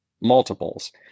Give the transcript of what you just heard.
multiples